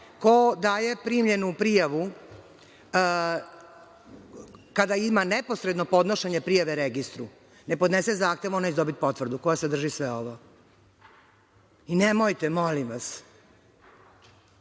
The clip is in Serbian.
ko daje primljenu prijavu kada ima neposredno podnošenje prijave registru ne podnese zahtev, on neće dobiti potvrdu koja sadrži sve ovo. Nemojte, molim vas,